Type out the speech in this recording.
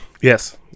Yes